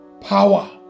power